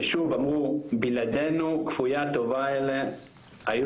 ששוב אמרו בלעדינו כפויי הטובה האלה היו